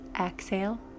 Exhale